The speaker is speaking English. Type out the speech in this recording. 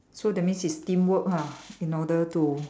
so that means it's teamwork ah in order to